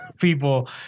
people